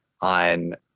on